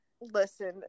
listen